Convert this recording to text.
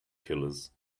killers